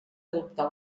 adoptar